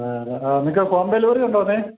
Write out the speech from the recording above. അതെ അതെ ആ നിങ്ങൾക്ക് ഹോം ഡെലിവറി ഉണ്ടോന്നേ